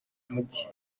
mugi